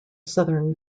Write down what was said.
southern